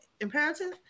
imperative